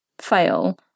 fail